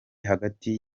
hagati